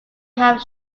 have